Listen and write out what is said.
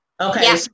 Okay